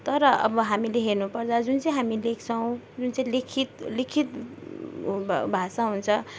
तर अब हामीले हेर्नुपर्दा जुन चाहिँ हामी लेख्छौँ जुन चाहिँ लिखित लिखित भाषा हुन्छ